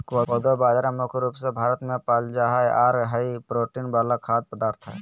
कोदो बाजरा मुख्य रूप से भारत मे पाल जा हय आर हाई प्रोटीन वाला खाद्य पदार्थ हय